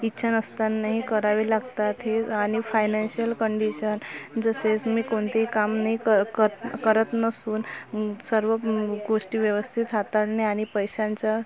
इच्छा नसतानाही करावे लागतात हे आणि फायनॅनशियल कंडिशन जसेच मी कोणतेही काम नाही कर करत नसून सर्व गोष्टी व्यवस्थित हाताळणे आणि पैशांचे